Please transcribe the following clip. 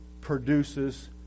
produces